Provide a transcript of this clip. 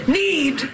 need